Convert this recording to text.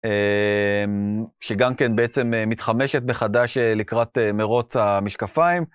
שגם כן בעצם מתחמשת מחדש לקראת מרוץ המשקפיים.